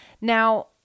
Now